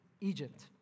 Egypt